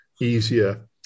easier